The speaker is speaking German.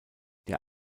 der